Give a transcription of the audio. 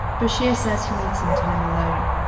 bashir says he needs some time alone.